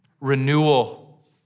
renewal